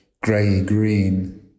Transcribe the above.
grey-green